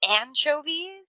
anchovies